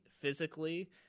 physically